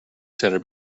center